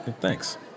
Thanks